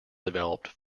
developed